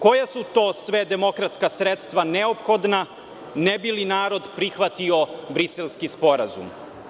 Koja su to sve demokratska sredstva neophodna, ne bi li narod prihvatio Briselski sporazum?